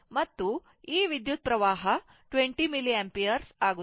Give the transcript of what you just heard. ಮತ್ತು ಈ ವಿದ್ಯುತ್ ಹರಿವು 20 milliampere ಆಗುತ್ತದೆ